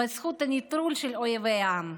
בזכות הנטרול של אויבי העם.